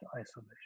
isolation